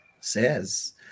says